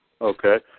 Okay